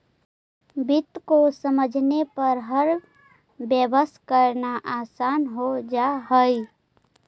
वित्त को समझने पर हर व्यवसाय करना आसान हो जा हई